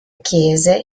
chiese